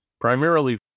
primarily